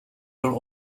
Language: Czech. byl